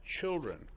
children